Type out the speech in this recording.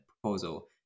proposal